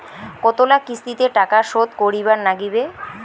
কতোলা কিস্তিতে টাকা শোধ করিবার নাগীবে?